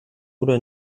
oder